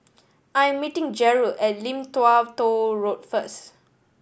I am meeting Jeryl at Lim Tua Tow Road first